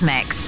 Mix